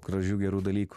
gražių gerų dalykų